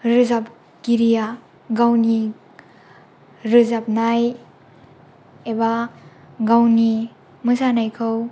रोजाबगिरिया गावनि रोजाबनाय एबा गावनि मोसानायखौ